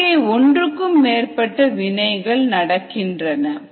அங்கே ஒன்றுக்கும் மேற்பட்ட வினைகள் நடக்கின்றன